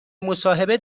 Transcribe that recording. مصاحبه